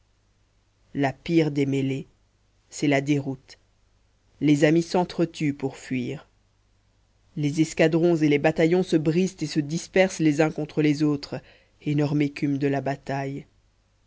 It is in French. la pire des mêlées c'est la déroute les amis sentre tuent pour fuir les escadrons et les bataillons se brisent et se dispersent les uns contre les autres énorme écume de la bataille